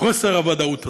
חוסר הוודאות הזה.